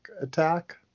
attack